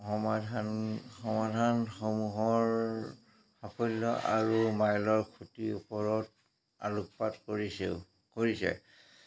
সমাধান সমাধানসমূহৰ সাফল্য আৰু মাইলৰ খুঁটিৰ ওপৰত আলোকপাত কৰিছেও কৰিছে